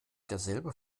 derselbe